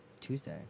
Tuesday